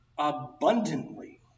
Abundantly